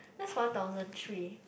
that's one thousand three